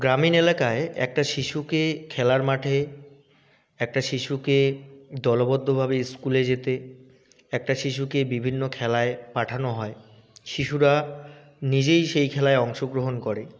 গ্রামীণ এলাকায় একটা শিশুকে খেলার মাঠে একটা শিশুকে দলবদ্ধভাবে স্কুলে যেতে একটা শিশুকে বিভিন্ন খেলায় পাঠানো হয় শিশুরা নিজেই সেই খেলায় অংশগ্রহণ করে